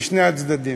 בשני הצדדים,